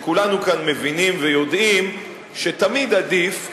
וכולנו מבינים ויודעים שתמיד עדיף,